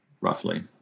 roughly